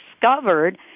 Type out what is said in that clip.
discovered